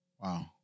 Wow